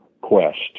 quest